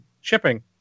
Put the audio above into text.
shipping